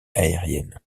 aériennes